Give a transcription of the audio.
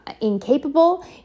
incapable